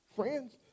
Friends